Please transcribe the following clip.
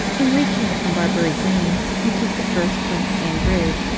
in reaching it from barbury green, you take the first left-hand road,